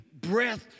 breath